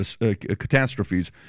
catastrophes